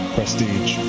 Prestige